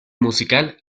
musical